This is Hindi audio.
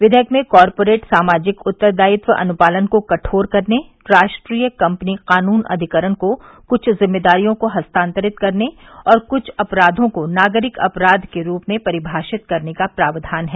विधेयक में कॉर्परिट सामाजिक उत्तरदायित्व अनुपालन को कठोर करने राष्ट्रीय कंपनी कानून अधिकरण को कुछ जिम्मेदारियों को हस्तांतरित करने और कुछ अपराधों को नागरिक अपराध के रूप में परिभाषित करने का प्रावधान है